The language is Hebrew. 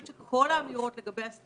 אבל אני חושבת שכל האמירות לגבי הסטודנטים